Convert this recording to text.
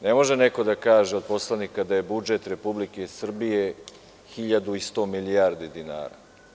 Ne može neko da kaže od poslanika da je budžet Republike Srbije hiljadu i sto milijardi dinara.